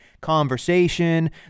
conversation